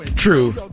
True